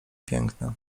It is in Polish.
piękne